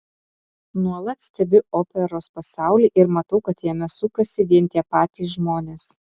nuolat stebiu operos pasaulį ir matau kad jame sukasi vien tie patys žmonės